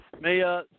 Maya